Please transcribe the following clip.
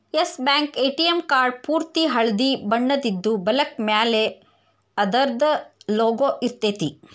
S bank ATM card ಪೂರ್ತಿ ಹಳ್ದಿ ಬಣ್ಣದಿದ್ದು, ಬಲಕ್ಕ ಮ್ಯಾಲೆ ಅದರ್ದ್ ಲೊಗೊ ಇರ್ತೆತಿ